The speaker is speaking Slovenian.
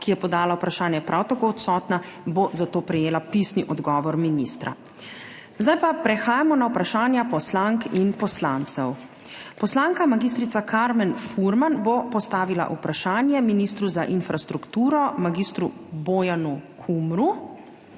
ki je podala vprašanje, je prav tako odsotna. Zato bo prejela pisni odgovor ministra. Prehajamo na vprašanja poslank in poslancev. Poslanka mag. Karmen Furman bo postavila vprašanje ministru za infrastrukturo mag. Bojanu Kumru.